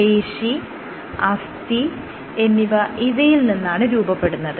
പേശി അസ്ഥി എന്നിവ ഇവയിൽ നിന്നാണ് രൂപപ്പെടുന്നത്